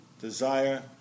desire